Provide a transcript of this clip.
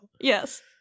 Yes